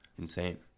insane